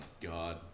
god